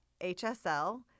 HSL